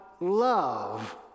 love